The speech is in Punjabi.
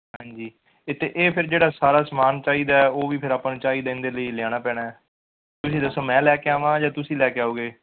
ਹਾਂਜੀ ਅਤੇ ਇਹ ਫੇਰ ਜਿਹੜਾ ਸਾਰਾ ਸਮਾਨ ਚਾਹੀਦਾ ਉਹ ਵੀ ਫੇਰ ਆਪਾਂ ਨੂੰ ਚਾਹੀਦਾ ਇਹਦੇ ਲਈ ਲਿਆਉਣਾ ਪੈਣਾ ਤੁਸੀਂ ਦੱਸੋ ਮੈਂ ਲੈ ਕੇ ਆਵਾਂ ਜਾਂ ਤੁਸੀਂ ਲੈ ਕੇ ਆਓਗੇ